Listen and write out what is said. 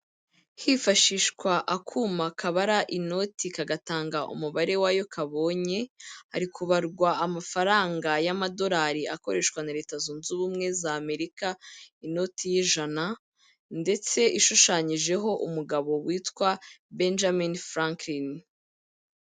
Hifashishwa akuma kabara inoti kagatanga umubare wayo kabonye, hari kubarwa amafaranga y'amadolari akoreshwa na Leta zunze ubumwe za Amerika, inoti y'ijana ndetse ishushanyijeho umugabo witwa Benjamin Franklin.